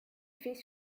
effets